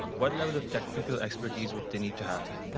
what level of technical expertise would they need to have?